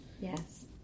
Yes